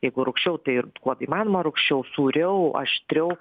jeigu rūgščiau tai ir kuo įmanoma rūgščiau sūriau aštriau